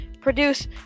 produce